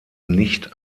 nicht